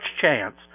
chance